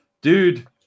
Dude